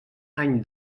any